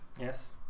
Yes